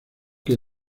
que